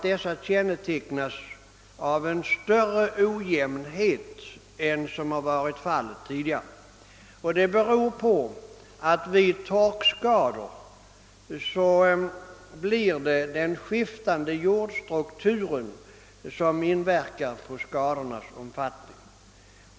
Dessa kännetecknas nämligen av en större ojämnhet än tidigare. Det beror på att vid torkskador inverkar den skiftande jordstrukturen på skadornas omfattning.